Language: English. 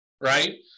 right